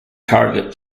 target